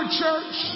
church